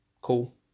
cool